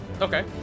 Okay